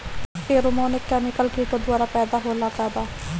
Pheromone एक chemical किटो द्वारा पैदा होला का?